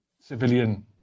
civilian